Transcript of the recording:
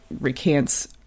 recants